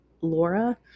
Laura